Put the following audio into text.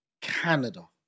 Canada